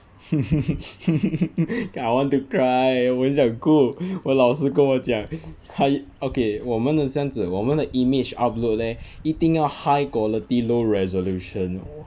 I want to cry 我很想哭我老师跟我讲他 okay 我们的是这样子我们的 image upload leh 一定要 high quality low resolution